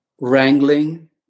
wrangling